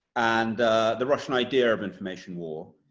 and the russian idea of information war,